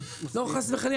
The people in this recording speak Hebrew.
לא, חס וחלילה.